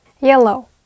Yellow